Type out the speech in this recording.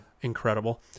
incredible